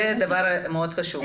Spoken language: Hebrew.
זה דבר מאוד חשוב.